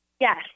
yes